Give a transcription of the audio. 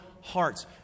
hearts